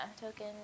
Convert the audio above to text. token